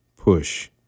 push